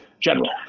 General